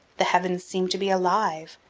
the heavens seem to be alive,